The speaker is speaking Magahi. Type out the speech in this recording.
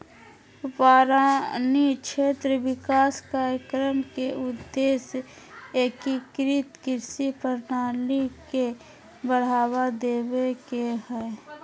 वारानी क्षेत्र विकास कार्यक्रम के उद्देश्य एकीकृत कृषि प्रणाली के बढ़ावा देवे के हई